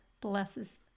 blesses